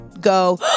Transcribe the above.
go